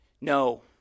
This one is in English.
No